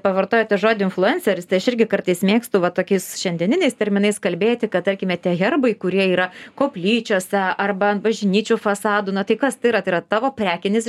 pavartojote žodį influenceris aš irgi kartais mėgstu va tokiais šiandieniniais terminais kalbėti kad tarkime tie herbai kurie yra koplyčiose arba ant bažnyčių fasadų na tai kas tai yra tai yra tavo prekinis